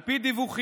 על פי דיווחים,